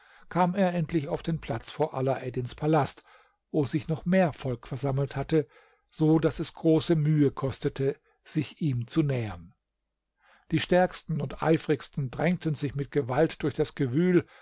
kam er endlich auf den platz vor alaeddins palast wo sich noch mehr volk versammelt hatte so daß es große mühe kostete sich ihm zu nähern die stärksten und eifrigsten drängten sich mit gewalt durch das gewühl